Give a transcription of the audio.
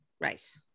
Right